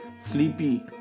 sleepy